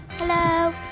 Hello